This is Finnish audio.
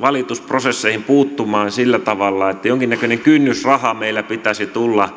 valitusprosesseihin puuttumaan sillä tavalla että jonkinnäköinen kynnysraha meillä pitäisi tulla